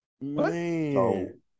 Man